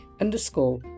underscore